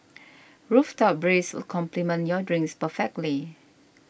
rooftop breeze will complement your drinks perfectly